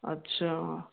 अच्छा